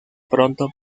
pronto